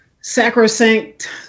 sacrosanct